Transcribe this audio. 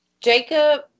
Jacob